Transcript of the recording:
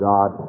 God